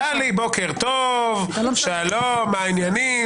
טלי, בוקר טוב, שלום, מה העניינים?